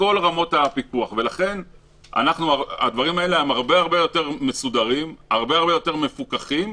כך שהדברים האלה הם הרבה יותר מסודרים והרבה יותר מפוקחים.